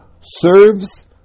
serves